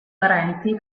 parenti